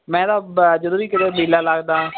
ਮੈਂ ਤਾਂ ਬ ਜਦੋਂ ਵੀ ਕਿਸੇ ਮੇਲਾ ਲੱਗਦਾ